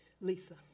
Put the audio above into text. Lisa